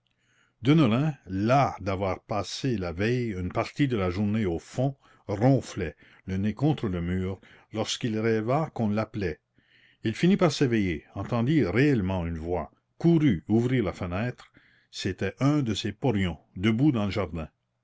deneulin las d'avoir passé la veille une partie de la journée au fond ronflait le nez contre le mur lorsqu'il rêva qu'on l'appelait il finit par s'éveiller entendit réellement une voix courut ouvrir la fenêtre c'était un de ses porions debout dans le jardin